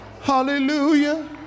Hallelujah